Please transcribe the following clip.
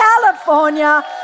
California